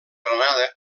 granada